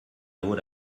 would